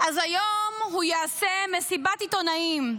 אז היום הוא יעשה מסיבת עיתונאים.